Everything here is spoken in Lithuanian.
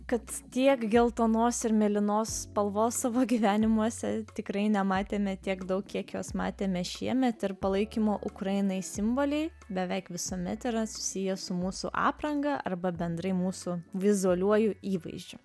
kad tiek geltonos ir mėlynos spalvos savo gyvenimuose tikrai nematėme tiek daug kiek jos matėme šiemet ir palaikymo ukrainai simboliai beveik visuomet yra susiję su mūsų apranga arba bendrai mūsų vizualiuoju įvaizdžiu